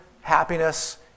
happiness